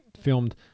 filmed